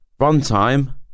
Runtime